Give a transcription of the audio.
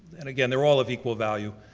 and again, they're all of equal value.